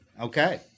Okay